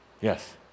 Yes